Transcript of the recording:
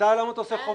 לא, למה אתה עושה חובה?